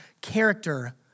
character